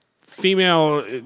female